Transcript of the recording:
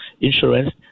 insurance